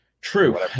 True